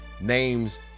names